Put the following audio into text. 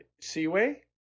seaway